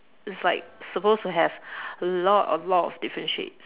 it's like suppose to have a lot a lot of different shades